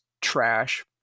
trash